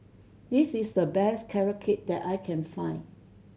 this is the best Carrot Cake that I can find